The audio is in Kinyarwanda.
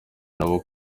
nabo